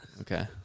Okay